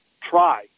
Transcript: try